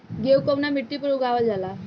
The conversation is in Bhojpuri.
गेहूं कवना मिट्टी पर उगावल जाला?